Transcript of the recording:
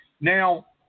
Now